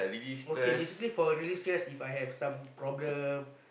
okay basically for release stress If I have some problem